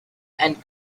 and